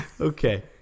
Okay